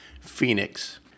Phoenix